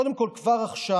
קודם כול, כבר עכשיו